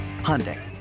Hyundai